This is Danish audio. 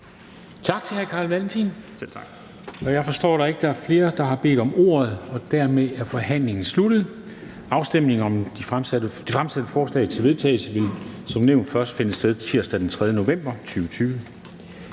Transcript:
Tak til hr. Carl Valentin. Jeg forstår, at der ikke er flere, der har bedt om ordet, og dermed er forhandlingen sluttet. Afstemning om det fremsatte forslag til vedtagelse vil som nævnt først finde sted tirsdag den 3. november 2020.